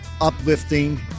uplifting